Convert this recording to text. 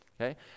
okay